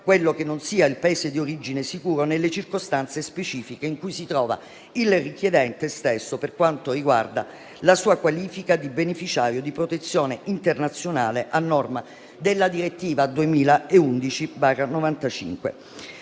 quello non sia un Paese di origine sicuro nelle circostanze specifiche in cui si trova il richiedente stesso e per quanto riguarda la sua qualifica di beneficiario di protezione internazionale a norma della direttiva 2011/95